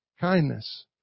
kindness